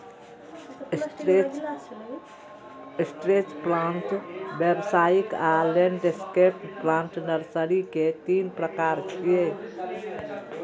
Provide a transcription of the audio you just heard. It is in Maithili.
स्ट्रेच प्लांट, व्यावसायिक आ लैंडस्केप प्लांट नर्सरी के तीन प्रकार छियै